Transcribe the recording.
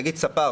נגיד ספר,